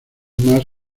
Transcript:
más